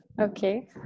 okay